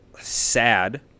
sad